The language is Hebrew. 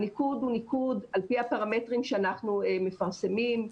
הניקוד הוא ניקוד על פי הפרמטרים שאנחנו מפרסמים,